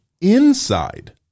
inside